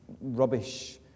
rubbish